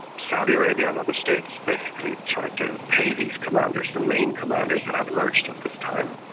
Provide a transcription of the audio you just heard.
saudi arabia and other states basically tried to pay these commanders, the main commanders that had emerged at this time,